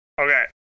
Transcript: Okay